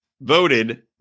voted